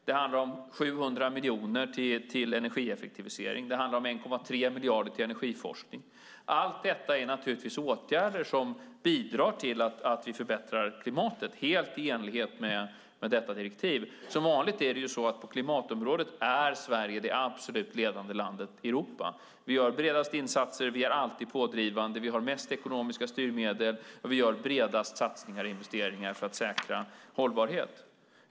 Det handlar om 700 miljoner till energieffektivisering. Det handlar om 1,3 miljarder till energiforskning. Allt detta är naturligtvis åtgärder som bidrar till att vi förbättrar klimatet, helt i enlighet med detta direktiv. Som vanligt är Sverige det absolut ledande landet i Europa på klimatområdet. Vi gör bredast insatser, vi är alltid pådrivande, vi har mest ekonomiska styrmedel och vi gör bredast satsningar och investeringar för att säkra hållbarhet.